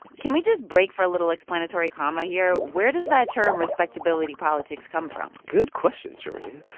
can we just break for a little explanatory comma here? where does that term respectability politics come from? good question, shereen.